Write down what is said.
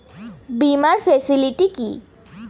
বীমার ফেসিলিটি কি?